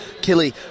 Killy